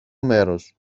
μέρος